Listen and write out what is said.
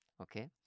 Okay